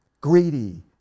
greedy